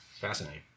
fascinating